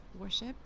worship